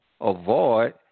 avoid